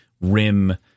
rim